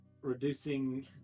Reducing